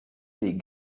les